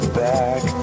back